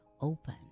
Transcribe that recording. open